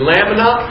Lamina